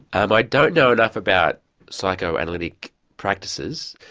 um i don't know enough about psychoanalytic practices.